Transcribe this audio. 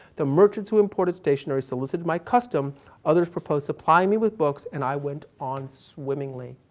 the merchants who imported stationery solicited my custom others proposed supplying me with books, and i went on swimmingly.